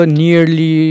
nearly